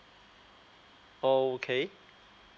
okay